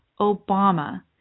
Obama